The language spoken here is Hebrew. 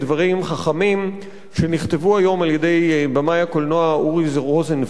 חכמים שכתב היום במאי הקולנוע אורי רוזנווקס,